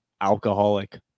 alcoholic